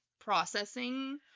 processing